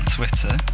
Twitter